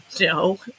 No